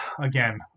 again